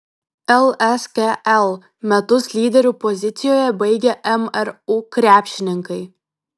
lskl metus lyderių pozicijoje baigė mru krepšininkai